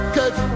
Cause